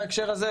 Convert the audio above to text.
בהקשר הזה,